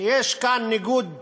יש כאן ניגוד